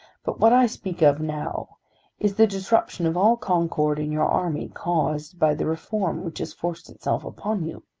but what i speak of now is the disruption of all concord in your army caused by the reform which has forced itself upon you.